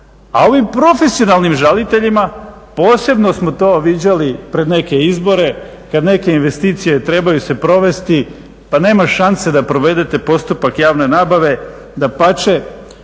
A ovim profesionalnim žaliteljima posebno smo to viđali pred neke izbore kad neke investicije trebaju se provesti pa nema šanse da provedete postupak javne nabave, dapače